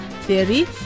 Theory